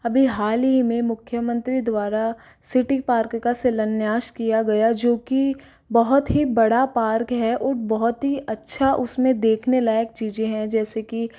अभी हाल ही में मुख्यमंत्री द्वारा सिटी पार्क का शिलान्यास किया गया जो की बहुत ही बड़ा पार्क है और बहुत ही अच्छा उसमें देखने लायक चीज़ें हैं जैसे की